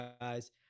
guys